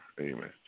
Amen